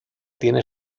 tiene